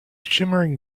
shimmering